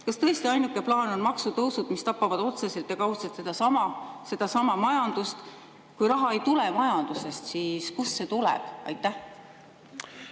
Kas tõesti ainuke plaan on maksutõusud, mis tapavad otseselt ja kaudselt sedasama majandust? Kui raha ei tule majandusest, siis kust see tuleb? Hea